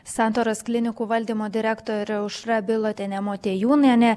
santaros klinikų valdymo direktorė aušra bilotienė motiejūnienė